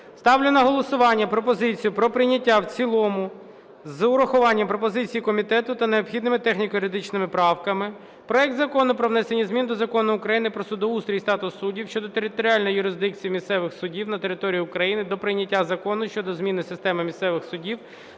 Ставлю на голосування пропозицію про прийняття в цілому з урахуванням пропозицій комітету та необхідними техніко-юридичними правками проект Закону про внесення змін до Закону України "Про судоустрій і статус суддів" щодо територіальної юрисдикції місцевих судів на території України до прийняття закону щодо зміни системи місцевих судів